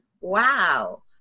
wow